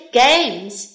games